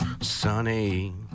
sunny